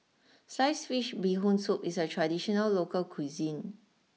sliced Fish Bee Hoon Soup is a traditional local cuisine